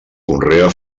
conrea